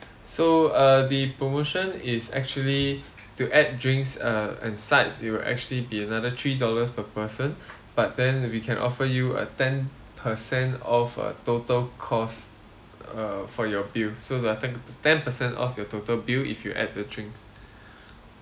so uh the promotion is actually to add drinks uh and sides it will actually be another three dollars per person but then we can offer you a ten percent of uh total costs err for your bill so ten percent off your total bill if you add the drinks